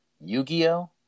Yu-Gi-Oh